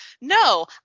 no